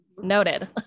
Noted